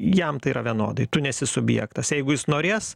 jam tai yra vienodai tu nesi subjektas jeigu jis norės